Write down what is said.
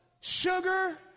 Sugar